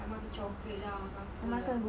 I makan chocolate lah makan apa lah